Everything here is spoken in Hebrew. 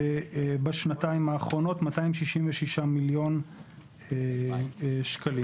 בשנתיים האחרונות, 266 מיליון שקלים.